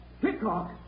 Hickok